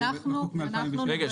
אנחנו נוותר בתנאי --- רגע.